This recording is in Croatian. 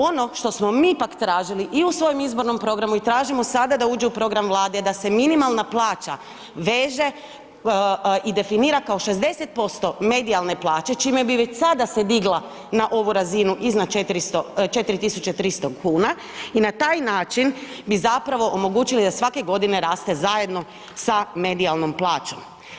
Ono što smo pak tražili i u svojem izbornom programu i u i tražimo sada da uđe u programe Vlade, da se minimalna plaća veže i definira kao 60% medijalne plaće čime bi već sada se digla na ovu razinu iznad 4300 kn i na taj način bi zapravo omogućili da svake godine raste zajedno sa medijalnom plaćom.